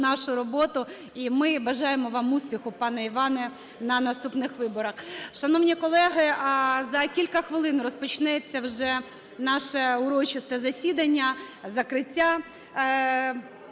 нашу роботу. І ми бажаємо вам успіху, пане Іване, на наступних виборах. Шановні колеги, за кілька хвилин розпочнеться вже наше урочисте засідання, закриття